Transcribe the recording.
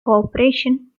cooperation